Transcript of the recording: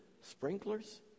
sprinklers